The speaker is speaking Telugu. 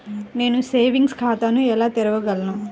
నేను సేవింగ్స్ ఖాతాను ఎలా తెరవగలను?